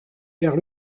vers